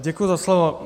Děkuji za slovo.